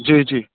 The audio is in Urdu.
جی جی